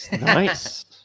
Nice